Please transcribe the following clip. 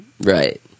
right